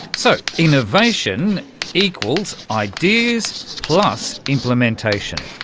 so, innovation equal ideas plus implementation.